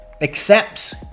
accepts